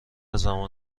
زمان